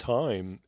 time